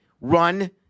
run